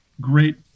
great